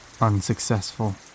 unsuccessful